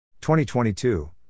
2022